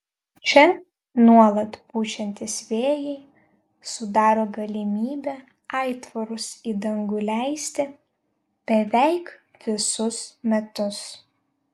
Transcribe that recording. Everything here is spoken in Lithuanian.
čia nuolat pučiantys vėjai sudaro galimybę aitvarus į dangų leisti beveik visus metus